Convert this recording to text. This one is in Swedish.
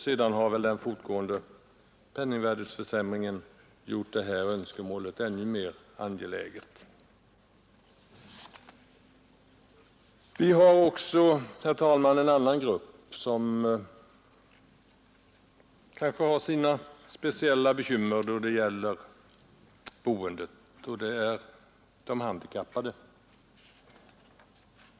Sedan dess har den fortgående penningvärdeförsämringen gjort det önskemålet ännu mer angeläget. Det finns en annan grupp som också har sina speciella bekymmer när det gäller boendet, och det är de handikappade.